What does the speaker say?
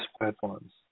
platforms